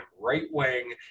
right-wing